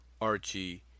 Archie